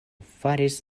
faris